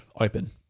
open